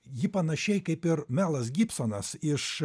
ji panašiai kaip ir melas gibsonas iš